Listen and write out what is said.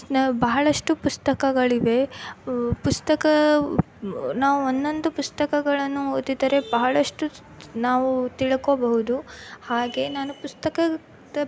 ಬಹಳಷ್ಟು ಪುಸ್ತಕಗಳಿವೆ ಪುಸ್ತಕ ನಾವು ಒಂದೊಂದು ಪುಸ್ತಕಗಳನ್ನು ಓದಿದರೆ ಬಹಳಷ್ಟು ನಾವು ತಿಳ್ಕೋಬಹುದು ಹಾಗೆ ನಾನು ಪುಸ್ತಕದ